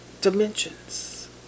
dimensions